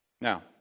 Now